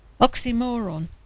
oxymoron